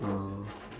oh